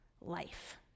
life